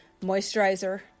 Moisturizer